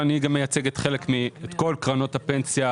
ואני גם מייצג את כל קרנות הפנסיה,